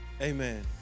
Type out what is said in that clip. Amen